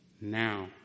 Now